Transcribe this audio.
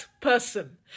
person